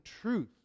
truth